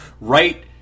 Right